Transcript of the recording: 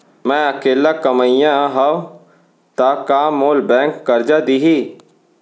मैं अकेल्ला कमईया हव त का मोल बैंक करजा दिही?